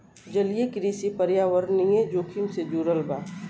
जलीय कृषि पर्यावरणीय जोखिम से जुड़ल बा